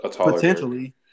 potentially